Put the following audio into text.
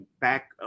back